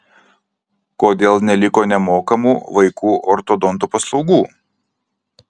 kodėl neliko nemokamų vaikų ortodontų paslaugų